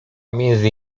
między